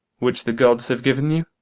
which the gods have given you?